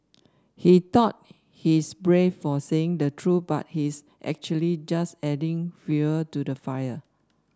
he thought he's brave for saying the truth but he's actually just adding fuel to the fire